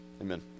amen